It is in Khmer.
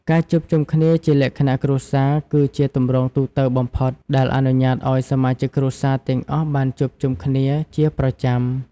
ការជួបជុំគ្នាជាលក្ខណៈគ្រួសារគឺជាទម្រង់ទូទៅបំផុតដែលអនុញ្ញាតឱ្យសមាជិកគ្រួសារទាំងអស់បានជួបជុំគ្នាជាប្រចាំ។